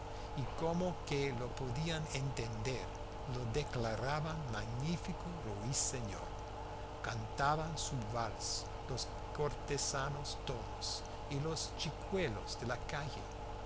y como que lo podían entender lo declaraban magnífico ruiseñor cantaban su vals los cortesanos todos y los chicuelos de la calle